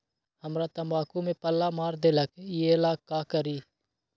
हमरा तंबाकू में पल्ला मार देलक ये ला का करी?